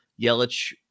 Yelich